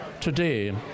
today